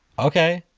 okay,